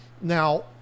Now